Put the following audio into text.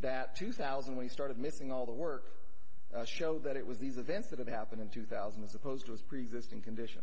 that two thousand we started missing all the work show that it was these events that happened in two thousand as opposed was present in condition